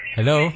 Hello